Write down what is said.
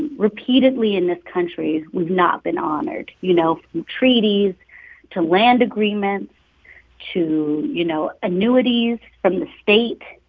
repeatedly in this country, we've not been honored, you know, from treaties to land agreements to, you know, annuities from the state,